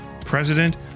president